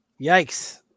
Yikes